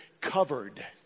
covered